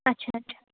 اچھا اچھا